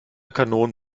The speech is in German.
kanonen